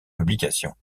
publications